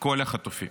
כל החטופים.